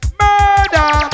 murder